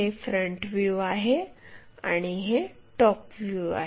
हे front view आहे आणि हे टॉप व्ह्यू आहे